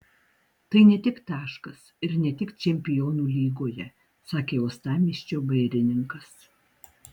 tai ne tik taškas ir ne tik čempionų lygoje sakė uostamiesčio vairininkas